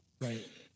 right